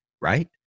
Right